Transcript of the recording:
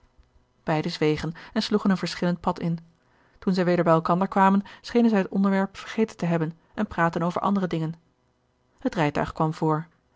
beiden zwegen en sloegen een verschillend pad in toen zij weder bij elkander kwamen schenen zij het onderwerp vergeten te hebben en praatten over andere dingen gerard keller het testament van mevrouw de tonnette het rijtuig kwam voor